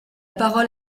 parole